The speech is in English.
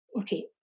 okay